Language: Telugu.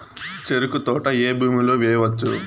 చెరుకు తోట ఏ భూమిలో వేయవచ్చు?